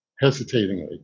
hesitatingly